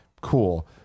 Cool